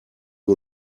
wir